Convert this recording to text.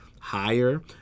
higher